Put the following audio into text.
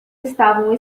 estavam